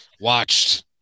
watched